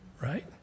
right